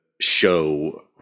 show